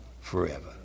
forever